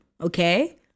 Okay